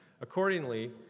accordingly